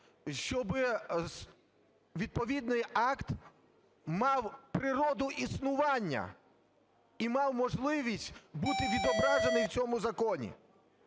щоби відповідний акт мав природу існування і мав можливість бути відображеним в цьому законі.